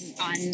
on